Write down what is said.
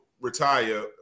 retire